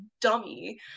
dummy